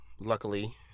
luckily